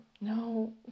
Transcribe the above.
No